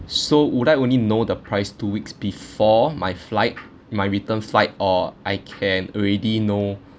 so would I only know the price two weeks before my flight my return flight or I can already know